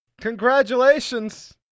congratulations